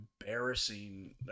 embarrassing